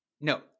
no